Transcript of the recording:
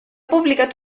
publicat